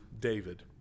David